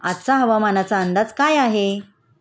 आजचा हवामानाचा अंदाज काय आहे?